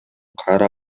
кайра